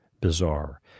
bizarre